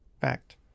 fact